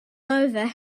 over